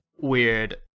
weird